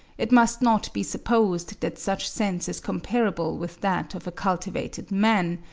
it must not be supposed that such sense is comparable with that of a cultivated man,